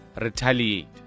retaliate